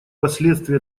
последствий